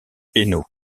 hainaut